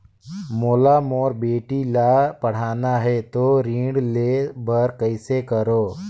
मोला मोर बेटी ला पढ़ाना है तो ऋण ले बर कइसे करो